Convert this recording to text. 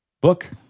book